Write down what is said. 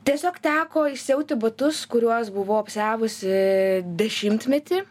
tiesiog teko išsiauti butus kuriuos buvau apsiavusi dešimtmetį